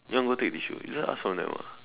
you want to go take tissue you just ask from them ah